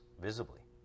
visibly